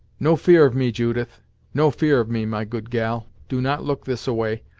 no fear of me, judith no fear of me, my good gal. do not look this-a-way,